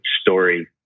story